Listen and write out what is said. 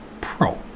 pro